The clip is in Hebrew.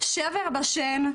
שבר שבן,